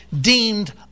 deemed